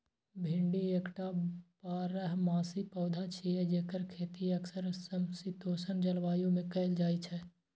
भिंडी एकटा बारहमासी पौधा छियै, जेकर खेती अक्सर समशीतोष्ण जलवायु मे कैल जाइ छै